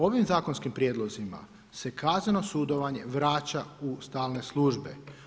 Ovim zakonskim prijedlozima se kazneno sudovanje vraća u stalne službe.